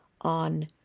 on